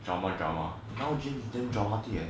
drama drama now james damn drama king leh